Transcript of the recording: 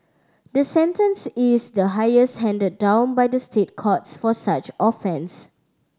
the sentence is the highest handed down by the State Courts for such offence